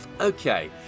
Okay